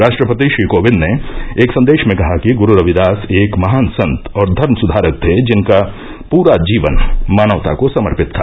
राष्ट्रपति श्री कोविंद ने एक संदेश में कहा कि गुरु रविदास एक महान संत और धर्म सुधारक थे जिनका पूरा जीवन मानवता को समर्पित था